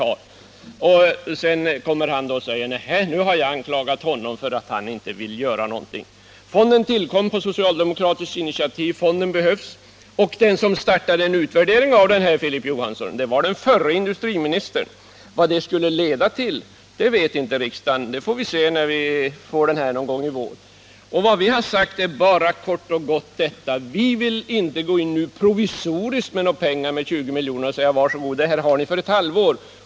Sedan kommer Filip Johansson och säger att jag har anklagat honom för att inte vilja göra någonting. Fonden tillkom på socialdemokratiskt initiativ och den behövs. Den som startade en utvärdering av fonden, Filip Johansson, var den förre industriministern. Vad utvärderingen skall leda till vet inte riksdagen, det får vi se när vi får ta del av utvärderingen någon gång i vår. Vad vi har sagt är kort och gott detta: Vi vill inte nu provisoriskt gå in med 20 miljoner och säga: Varsågod, detta får ni för ett halvår.